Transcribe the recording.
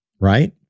Right